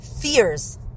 fears